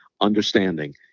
understanding